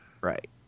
Right